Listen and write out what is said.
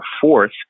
fourth